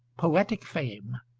poetic fame,